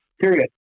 period